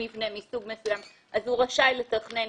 מבנה מסוג מסוים, אז הוא רשאי לתכנן